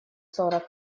сорок